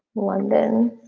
london.